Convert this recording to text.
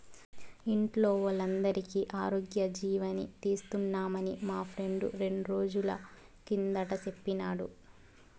ఇంట్లో వోల్లందరికీ ఆరోగ్యజీవని తీస్తున్నామని మా ఫ్రెండు రెండ్రోజుల కిందట సెప్పినాడు